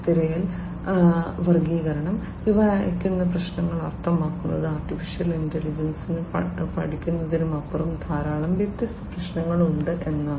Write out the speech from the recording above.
തിരയൽ വർഗ്ഗീകരണം ഇവ അയയ്ക്കുന്ന പ്രശ്നങ്ങൾ അർത്ഥമാക്കുന്നത് AI യിൽ പഠിക്കുന്നതിനുമപ്പുറം ധാരാളം വ്യത്യസ്ത പ്രശ്നങ്ങൾ ഉണ്ട് എന്നാണ്